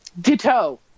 ditto